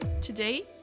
Today